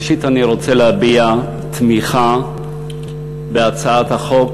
ראשית אני רוצה להביע תמיכה בהצעת החוק